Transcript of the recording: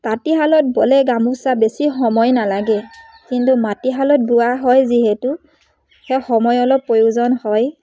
তাঁতিশালত বলে গামোচা বেছি সময় নালাগে কিন্তু মাটিশালত বোৱা হয় যিহেতু সেই সময় অলপ প্ৰয়োজন হয়